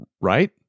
right